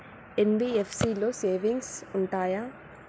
NBFC లో savings ఉంటయా?